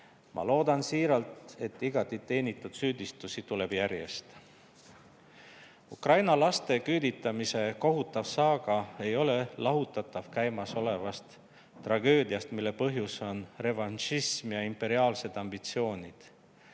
Ma loodan siiralt, et igati teenitud süüdistusi tuleb järjest. Ukraina laste küüditamise kohutav saaga ei ole lahutatav käimasolevast tragöödiast, mille põhjus on revanšism ja imperiaalsed ambitsioonid.